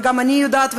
וגם אני יודעת,